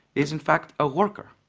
is in fact a worker,